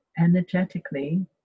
Energetically